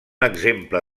exemple